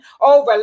over